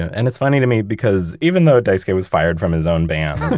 and it's funny to me because, even though daisuke was fired from his own band,